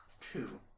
two